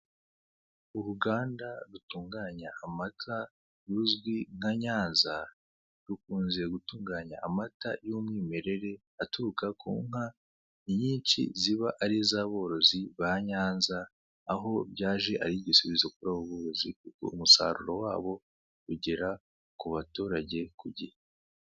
Uruganda rutunganya amata, ruzwi nka Nyanza, rukunze gutunganya amata y'umwimerere, aturuka ku nka, inyinshi ziba ari iz'aborozi ba Nyanza, aho byaje ari igisubizo kuri abo borozi, kuko umusaruro wabo ugera ku baturage ku gihe.